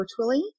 virtually